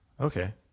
Okay